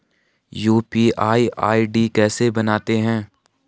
UPI ID कैसे बनाते हैं?